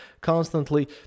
constantly